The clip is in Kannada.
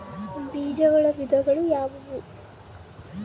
ಬೇಜಗಳ ವಿಧಗಳು ಯಾವುವು?